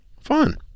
fun